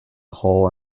hole